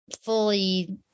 fully